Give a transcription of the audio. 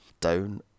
Down